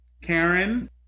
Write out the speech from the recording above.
karen